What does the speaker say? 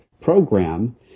program